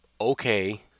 okay